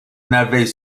n’avait